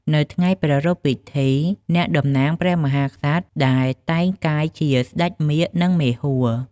នៅថ្ងៃប្រារព្ធពិធី អ្នកតំណាងព្រះមហាក្សត្រ ដែលតែងកាយជា "ស្ដេចមាឃ" និង "មេហួរ"។